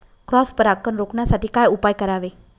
Cross परागकण रोखण्यासाठी काय उपाय करावे?